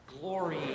glory